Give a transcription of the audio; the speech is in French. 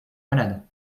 malade